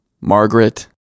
Margaret